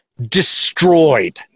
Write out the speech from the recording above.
destroyed